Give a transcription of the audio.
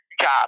job